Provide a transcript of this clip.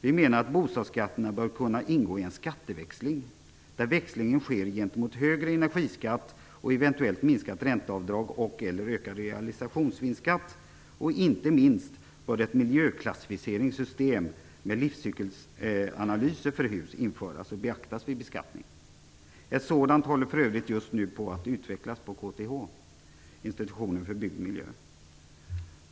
Vi menar att bostadsskatterna bör kunna ingå i en skatteväxling där växlingen sker gentemot högre energiskatt, eventuellt minskat ränteavdrag och/eller ökad realisationsvinstskatt. Inte minst bör ett miljöklassifieringssystem med livscykelsanalyser för hus införas och beaktas vid beskattning. Ett sådant håller för övrigt just nu på att utvecklas på institutionen för bygg och miljö vid KTH.